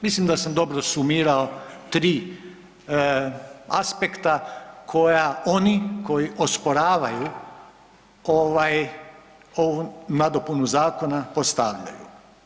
Mislim da sam dobro sumirao tri aspekta koja oni koji osporavaju ovaj, ovu nadopunu zakona postavljaju.